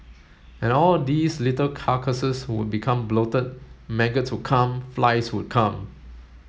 and all these little carcasses would become bloated maggots would come flies would come